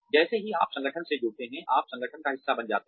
जैसे ही आप संगठन से जुड़ते हैं आप संगठन का हिस्सा बन जाते हैं